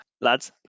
Lads